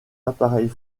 appareils